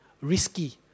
Risky